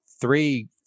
three-